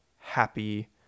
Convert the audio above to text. happy